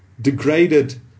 degraded